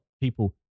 people